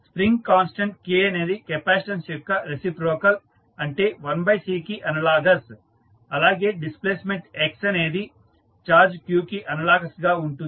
spring constant K అనేది capacitance యొక్క reciprocal అంటే 1C కి అనలాగస్ అలాగే డిస్ప్లేస్మెంట్ x అనేది ఛార్జ్ q కి అనలాగస్ గా ఉంటుంది